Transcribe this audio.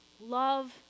love